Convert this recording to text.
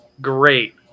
great